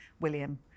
William